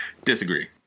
Disagree